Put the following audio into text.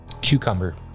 Cucumber